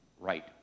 right